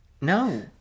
No